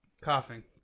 Coughing